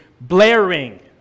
blaring